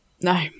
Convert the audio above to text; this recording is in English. no